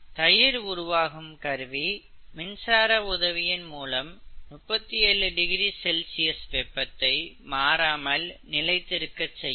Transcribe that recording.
தயிர் உருவாக்கும் கருவி மின்சார உதவியின் மூலம் 37 டிகிரி செல்சியஸ் வெப்பத்தை மாறாமல் நிலைத்திருக்கச் செய்யும்